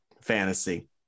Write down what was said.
fantasy